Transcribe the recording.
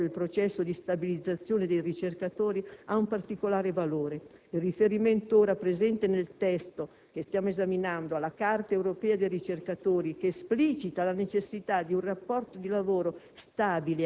Per questo, il processo di stabilizzazione dei ricercatori ha un particolare valore. Il riferimento, ora presente nel testo che stiamo esaminando, alla Carta europea dei ricercatori, che esplicita la necessità di un rapporto di lavoro stabile